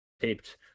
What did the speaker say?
taped